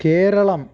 Keralam